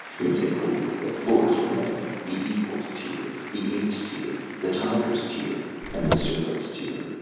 in tecuhltli the floors were named the eagle's tier, the ape's tier, the tiger's tier and the serpent's tier,